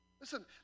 listen